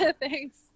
Thanks